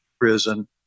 prison